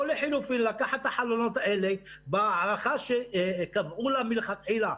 לחילופין אפשר לקחת את החלונות האלה ההערכה שקבעו מלכתחילה,